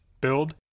build